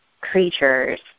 creatures